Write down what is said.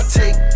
take